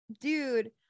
dude